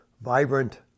vibrant